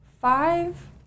five